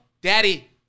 daddy